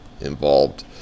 involved